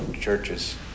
churches